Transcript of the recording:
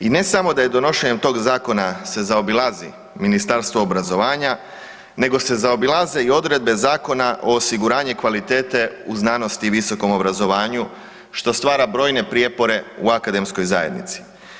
I ne samo da je donošenjem tog zakona se zaobilazi Ministarstvo obrazovanja, nego se zaobilaze i odredbe Zakona o osiguranju kvalitete u znanosti i visokom obrazovanju što stvara brojne prijepore u akademskoj zajednici.